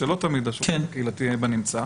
שלא תמיד השופט הקהילתי בנמצא,